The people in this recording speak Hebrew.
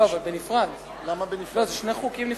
אלה שני חוקים נפרדים.